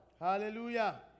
Hallelujah